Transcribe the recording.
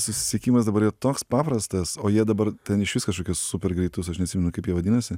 susisiekimas dabar yra toks paprastas o jie dabar ten išvis kažkokius super greitus aš neatsimenu kaip jie vadinasi